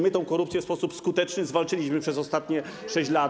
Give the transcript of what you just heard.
My korupcję w sposób skuteczny zwalczyliśmy przez ostatnie 6 lat.